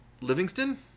Livingston